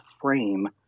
frame